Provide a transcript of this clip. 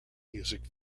music